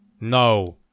No